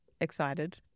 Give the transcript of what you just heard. excited